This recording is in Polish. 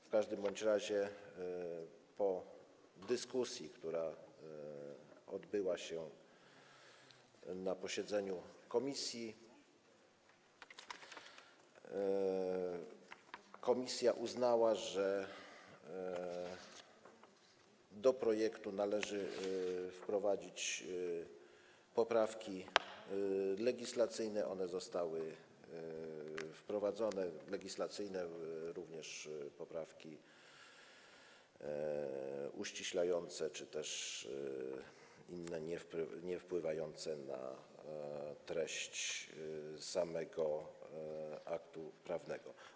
W każdym razie po dyskusji, która odbyła się na posiedzeniu komisji, komisja uznała, że do projektu należy wprowadzić poprawki legislacyjne i one zostały wprowadzone, poprawki legislacyjne, ale również poprawki uściślające czy też inne, niewpływające na treść samego aktu prawnego.